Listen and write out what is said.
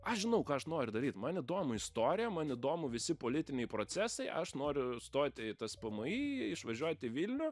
aš žinau ką aš noriu daryt man įdomu istorija man įdomu visi politiniai procesai aš noriu stot į tspmį išvažiuot į vilnių